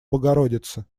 богородицы